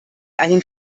einen